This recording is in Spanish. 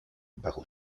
bajo